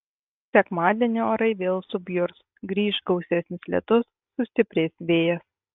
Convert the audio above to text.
sekmadienį orai vėl subjurs grįš gausesnis lietus sustiprės vėjas